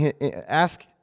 ask